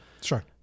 Sure